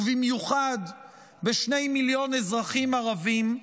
ובמיוחד בשני מיליון אזרחים ערבים,